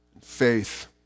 faith